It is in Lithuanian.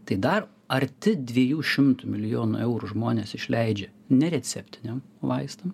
tai dar arti dviejų šimtų milijonų eurų žmonės išleidžia nereceptiniam vaistam